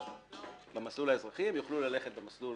הם יוכלו ללכת במסלול